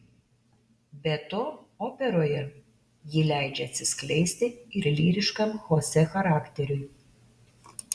be to operoje ji leidžia atsiskleisti ir lyriškam chosė charakteriui